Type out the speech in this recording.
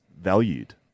valued